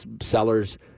sellers